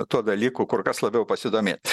tuo dalyku kur kas labiau pasidomėt